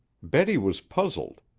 betty was puzzled.